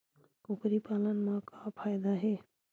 कुकरी पालन म का फ़ायदा हे?